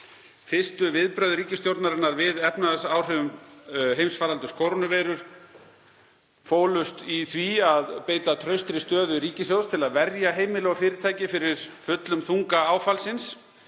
Fyrstu viðbrögð ríkisstjórnarinnar við efnahagsáhrifum heimsfaraldurs kórónuveirunnar fólust í því að beita traustri stöðu ríkissjóðs til að verja heimili og fyrirtæki fyrir fullum þunga áfallsins.